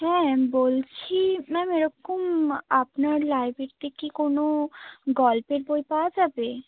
হ্যাঁ বলছি ম্যাম এরকম আপনার লাইব্রেরিতে কি কোনো গল্পের বই পাওয়া যাবে